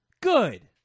Good